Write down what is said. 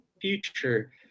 future